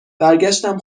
برگشتم